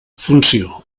funció